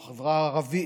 או לחברה החרדית,